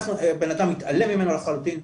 אנחנו בינתיים נתעלם ממנו לחלוטין.